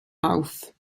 auf